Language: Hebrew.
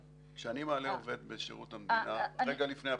כשאני מעלה בדרגה עובד בשירות המדינה רגע לפני הפרישה,